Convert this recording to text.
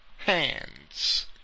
hands